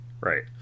Right